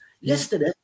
Yesterday